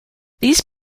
these